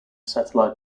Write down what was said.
satellite